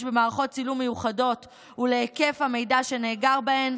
במערכות צילום מיוחדות ולהיקף המידע שנאגר בהן,